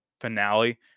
finale